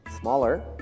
smaller